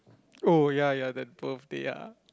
oh ya ya that birthday ya